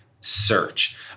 search